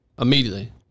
Immediately